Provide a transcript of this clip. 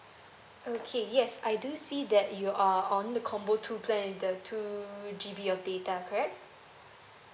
okay yes I do see that you are on the combo two plan with the two G_B of data correct